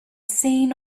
seen